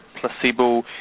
placebo